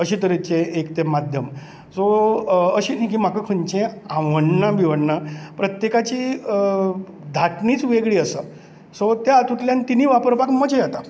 अशें तरेचें एक तें माध्यम सो अशें न्ही की म्हाका खंयचें आवडना बिवडना प्रत्येकाची धाटणीच वेगळी आसा सो त्या हातूंतल्यान तिनुय वापरपाक मजा येता